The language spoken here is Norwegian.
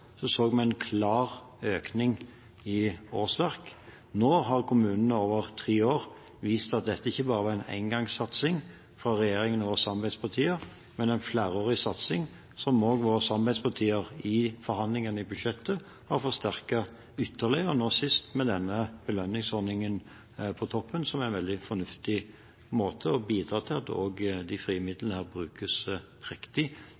så vi en klar økning i antall årsverk. Nå har kommunene over tre år vist at dette ikke bare var en engangssatsing for regjeringen og våre samarbeidspartier, men en flerårig satsing, som også våre samarbeidspartier i forhandlingene om budsjettet har forsterket ytterligere, nå sist med denne belønningsordningen på toppen. Det er en veldig fornuftig måte å bidra til at de frie midlene brukes riktig